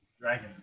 Dragon